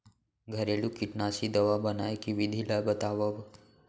घरेलू कीटनाशी दवा बनाए के विधि ला बतावव?